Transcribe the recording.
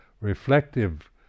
reflective